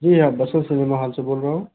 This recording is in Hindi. जी हाँ बसंत सिनेमा से बोल रहा हूँ